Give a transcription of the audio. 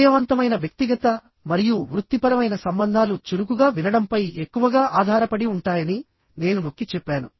విజయవంతమైన వ్యక్తిగత మరియు వృత్తిపరమైన సంబంధాలు చురుకుగా వినడంపై ఎక్కువగా ఆధారపడి ఉంటాయని నేను నొక్కి చెప్పాను